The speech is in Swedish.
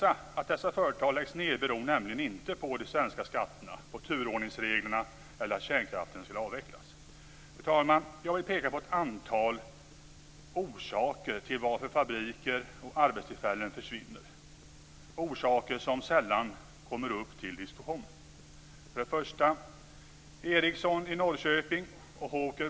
Att dessa företag läggs ned beror nämligen inte på de svenska skatterna, på turordningsreglerna eller på att kärnkraften skall avvecklas. Fru talman! Jag vill peka på ett antal orsaker till att fabriker och arbetstillfällen försvinner - orsaker som sällan kommer upp till diskussion.